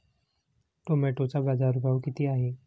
टोमॅटोचा बाजारभाव किती आहे?